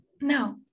No